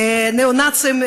הניאו-נאצים,